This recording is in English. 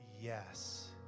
yes